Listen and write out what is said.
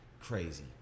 crazy